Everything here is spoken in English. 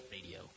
Radio